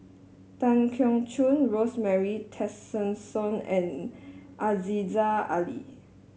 Tan Keong Choon Rosemary Tessensohn and Aziza Ali